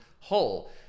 hole